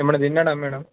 ఏమన్న తిన్నాడా మ్యాడమ్